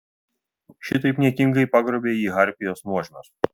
šitaip niekingai pagrobė jį harpijos nuožmios